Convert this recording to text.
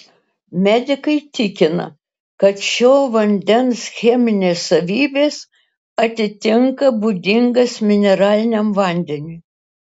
medikai tikina kad šio vandens cheminės savybės atitinka būdingas mineraliniam vandeniui